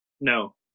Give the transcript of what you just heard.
no